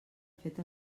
fet